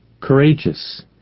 courageous